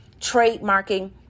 trademarking